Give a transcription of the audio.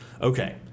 okay